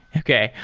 okay.